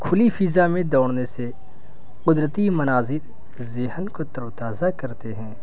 کھلی فضا میں دوڑنے سے قدرتی مناظر ذہن کو ترتاازہ کرتے ہیں